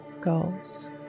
goals